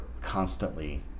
constantly